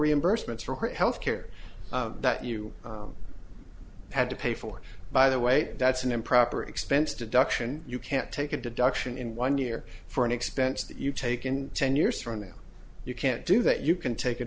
reimbursements for health care that you had to pay for by the way that's an improper expense deduction you can't take a deduction in one year for an expense that you take in ten years from now you can't do that you can take a